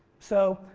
so,